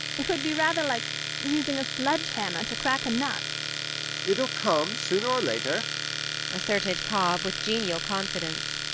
it would be rather like using a sledge-hammer to crack a nut it'll come sooner or later asserted cobb, with genial confidence.